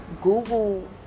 Google